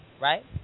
Right